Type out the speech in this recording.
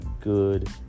good